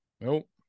Nope